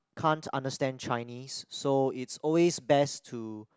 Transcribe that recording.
can't understand Chinese so it's always best to